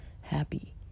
happy